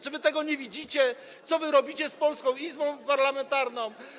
Czy wy tego nie widzicie, co robicie z polską izbą parlamentarną?